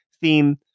theme